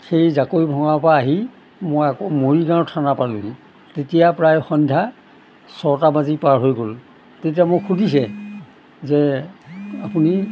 সেই জাকৈ ভঙাৰ পৰা আহি মই আকৌ মৰিগাঁৱৰ থানা পালোঁহি তেতিয়া প্ৰায় সন্ধ্যা ছটা বাজি পাৰ হৈ গ'ল তেতিয়া মোক সুধিছে যে আপুনি